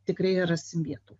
tikrai rasim vietų